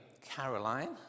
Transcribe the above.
Caroline